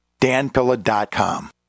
danpilla.com